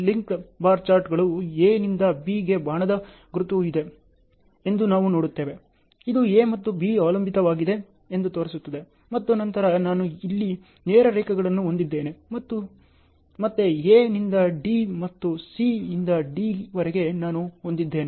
linked bar ಚಾರ್ಟ್ಗಳು A ನಿಂದ B ಗೆ ಬಾಣದ ಗುರುತು ಇದೆ ಎಂದು ನಾವು ನೋಡುತ್ತೇವೆ ಇದು A ಮತ್ತು B ಅವಲಂಬಿತವಾಗಿದೆ ಎಂದು ತೋರಿಸುತ್ತದೆ ಮತ್ತು ನಂತರ ನಾನು ಇಲ್ಲಿ ನೇರ ರೇಖೆಯನ್ನು ಹೊಂದಿದ್ದೇನೆ ಮತ್ತು ಮತ್ತೆ A ನಿಂದ D ಮತ್ತು C ಯಿಂದ D ವರೆಗೆ ನಾನು ಹೊಂದಿದ್ದೇನೆ